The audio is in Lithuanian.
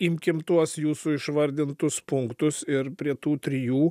imkim tuos jūsų išvardintus punktus ir prie tų trijų